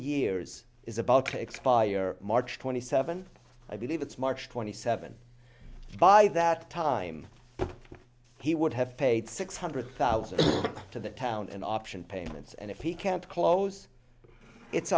years is about to expire march twenty seventh i believe it's march twenty seventh by that time he would have paid six hundred thousand to the town and option payments and if he can't close it's